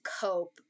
cope